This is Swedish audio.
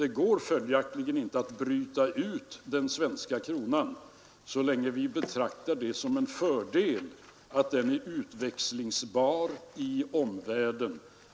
Det går följaktligen inte att bryta ut den svenska kronan så länge vi betraktar det som en fördel att den är utväxlingsbar i omvärlden.